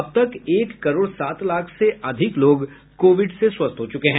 अब तक एक करोड सात लाख से अधिक लोग कोविड से स्वस्थ हो चुके हैं